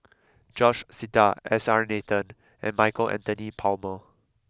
George Sita S R Nathan and Michael Anthony Palmer